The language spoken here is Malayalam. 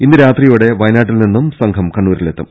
ഇന്ന് രാത്രിയോടെ വയനാട്ടിൽ നിന്നും സംഘം കണ്ണൂരിലെത്തും